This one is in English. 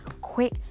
quick